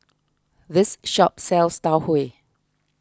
this shop sells Tau Huay